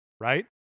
Right